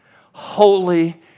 Holy